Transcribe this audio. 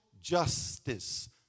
justice